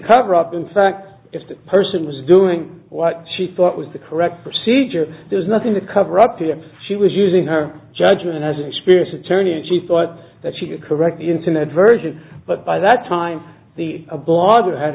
cover up in fact if that person was doing what she thought was the correct procedure there's nothing to cover up here she was using her judgment as an experienced attorney and she thought that she could correct the internet version but by that time the